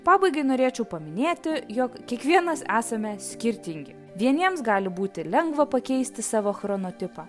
pabaigai norėčiau paminėti jog kiekvienas esame skirtingi vieniems gali būti lengva pakeisti savo chronotipą